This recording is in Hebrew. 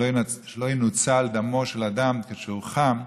שלא ינוצל דמו של אדם, כשהוא חם,